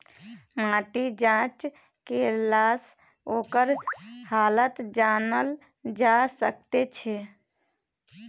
माटिक जाँच केलासँ ओकर हालत जानल जा सकैत छै